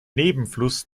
nebenfluss